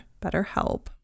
BetterHelp